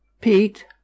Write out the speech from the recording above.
Pete